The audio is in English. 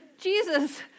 Jesus